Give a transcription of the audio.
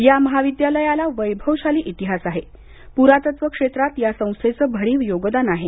या महाविद्यालयाला वैभवशाली इतिहास आहे प्रातत्व क्षेत्रात या संस्थेचं भरीव योगदान आहे